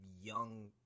young